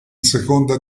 seconda